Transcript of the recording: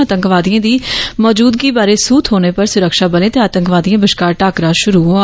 आतंकवादिएं दी मौजूदगी बारै सूह थ्होने पर सुरक्षा बर्ले ते आतंकवादिएं बश्कार टाकरा शुरू होआ